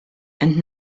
and